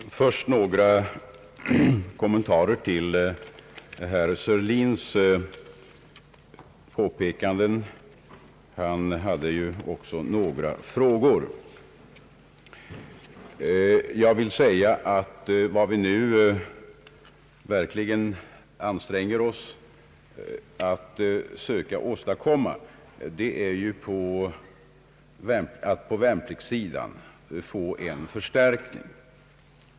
Herr talman! Först vill jag göra några kommentarer till herr Sörlins påpekanden. Han hade ju också några frågor. Vad vi nu söker åstadkomma är att på värnpliktssidan få en förstärkning.